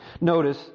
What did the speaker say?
notice